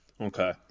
Okay